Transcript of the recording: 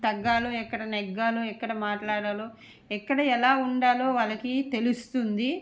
తగ్గాలి ఎక్కడ నెగ్గాలి ఎక్కడ మాట్లాడాలి ఎక్కడ ఎలా ఉండాలి వాళ్ళకి తెలుస్తుంది